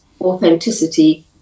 authenticity